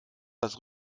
das